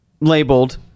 labeled